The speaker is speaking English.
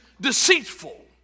deceitful